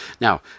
now